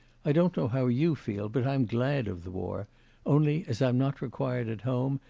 i don't know how you feel, but i'm glad of the war only as i'm not required at home,